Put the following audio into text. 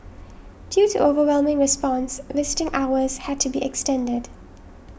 due to overwhelming response visiting hours had to be extended